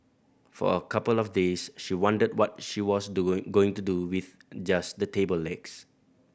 for a couple of days she wondered what she was doing going to do with just the table legs